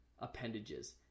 appendages